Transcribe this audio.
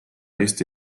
eesti